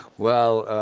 well.